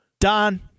Don